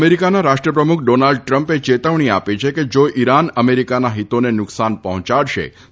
અમેરિકાના રાષ્ટ્રપ્રમુખ ડોનાલ્ડ ટ્રમ્પે ચેતવણી આપી છે કે જા ઈરાન અમેરિકાના હિતોને નુકસાન પહોંચાડશે તો તેનો નાશ કરાશે